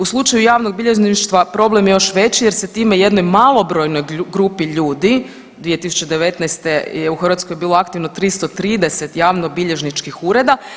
U slučaju javnog bilježništva, problem je još veći jer se time jednoj malobrojnom grupi ljudi 2019. je u Hrvatskoj bilo aktivno 330 javnobilježničkih ureda.